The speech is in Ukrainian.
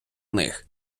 них